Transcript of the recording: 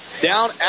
down